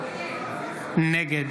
נגד